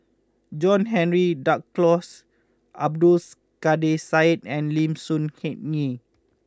John Henry Duclos Abdul Kadir Syed and Lim Soo Hen Ngee